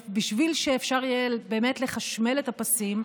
בשביל שאפשר יהיה באמת לחשמל את הפסים,